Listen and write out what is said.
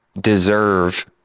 deserve